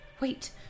Wait